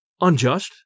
Unjust